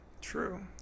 True